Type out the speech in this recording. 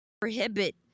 prohibit